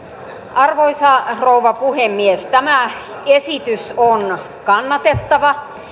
arvoisa rouva puhemies tämä esitys on kannatettava